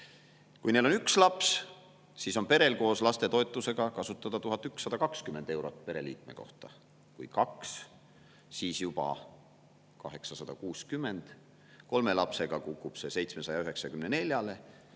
Kui neil on üks laps, siis on perel koos lapsetoetusega kasutada 1120 eurot pereliikme kohta. Kui kaks, siis juba 860. Kolme lapsega kukub see 794-le